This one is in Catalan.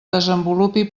desenvolupi